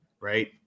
right